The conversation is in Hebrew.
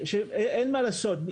שאין מה לעשות,